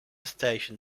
station